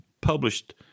published